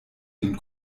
den